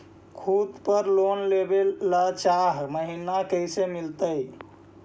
खूत पर लोन लेबे ल चाह महिना कैसे मिलतै?